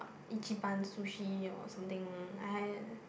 Ichiban sushi or something I